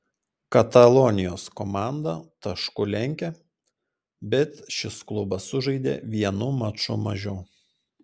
katalonijos komanda tašku lenkia bet šis klubas sužaidė vienu maču mažiau